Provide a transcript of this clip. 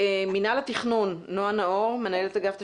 מינהל התכנון, נועה נאור, מנהלת אגף תשתיות,